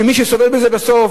ומי שסובל מזה בסוף,